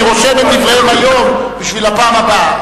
רושם את דבריהם היום בשביל הפעם הבאה.